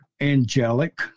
angelic